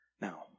Now